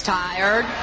tired